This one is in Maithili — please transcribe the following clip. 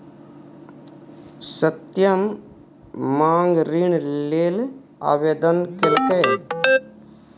सत्यम माँग ऋण लेल आवेदन केलकै